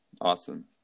Awesome